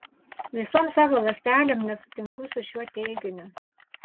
visom savo ląstelėm nesutinku su šiuo teiginiu